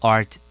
Art